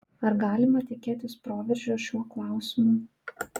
ar galima tikėtis proveržio šiuo klausimu